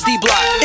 D-Block